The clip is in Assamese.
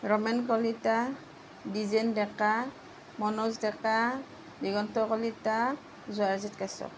ৰমেন কলিতা দ্বীজেন ডেকা মনোজ ডেকা দিগন্ত কলিতা জয়জিৎ কাশ্যপ